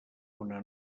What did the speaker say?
una